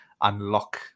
unlock